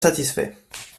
satisfait